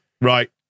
Right